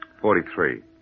Forty-three